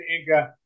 Inca